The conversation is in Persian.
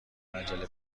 عجله